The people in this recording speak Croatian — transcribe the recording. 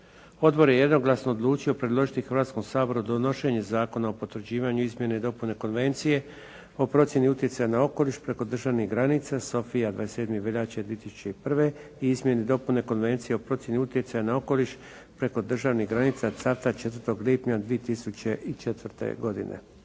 Odbor je jednoglasno odlučio predložiti Hrvatskom saboru donošenju Zakona o potvrđivanju izmjene i dopune Konvencije o procjeni utjecaja na okoliš preko državnih granica Sofija, 27. veljače 2001. i izmjene i dopune Konvencije o procjeni utjecaja na okoliš preko državnih granica Cavtat, 4. lipnja 2004. godine.